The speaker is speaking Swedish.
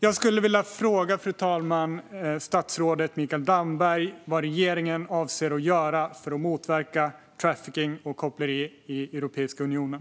Jag skulle vilja fråga, fru talman, statsrådet Mikael Damberg vad regeringen avser att göra för att motverka trafficking och koppleri i Europeiska unionen.